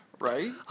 right